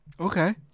Okay